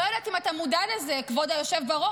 לא יודעת אם אתה מודע לזה, כבוד היושב-ראש.